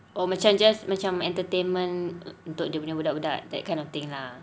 oh macam just macam entertainment untuk dia punya budak-budak that kind of thing lah